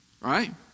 Right